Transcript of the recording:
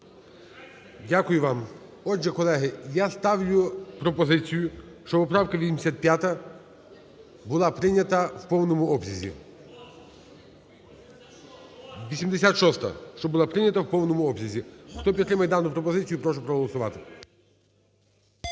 Дякую вам. Отже, колеги, я ставлю пропозицію, щоб поправка 85 була прийнята в повному обсязі. 86-а щоб була прийнята в повному обсязі. Хто підтримує дану пропозицію, прошу проголосувати.